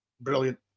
Brilliant